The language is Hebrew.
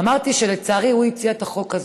אמרתי שלצערי הוא הציע את החוק הזה.